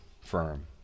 firm